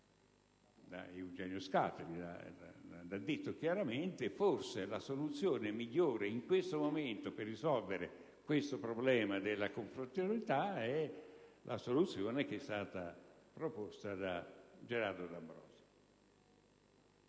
Eugenio Scalfari lo ha scritto chiaramente: forse la soluzione migliore in questo momento per risolvere il problema della conflittualità è quella che è stata proposta da Gerardo D'Ambrosio.